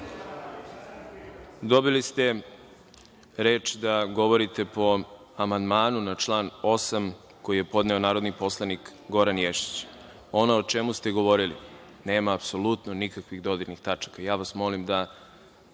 dobili ste reč da govorite po amandmanu na član 8. koji je podneo narodni poslanik Goran Ješić. Ono o čemu ste govorili nema apsolutno nikakvih dodirnih tačaka. Ja vas molim da